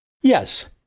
Yes